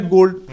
Gold